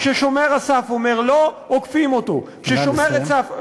כששומר הסף אומר לא, עוקפים אותו, נא לסיים.